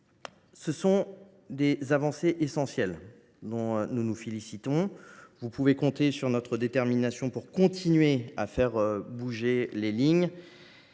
Ces avancées sont essentielles. Nous nous en félicitons. Vous pouvez compter sur notre détermination pour continuer à faire bouger les lignes.